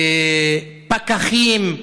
פקחים.